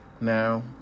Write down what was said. now